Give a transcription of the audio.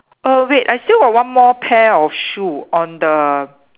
err wait I still got one more pair of shoe on the